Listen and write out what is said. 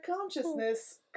consciousness